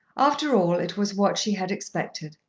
after all it was what she had expected.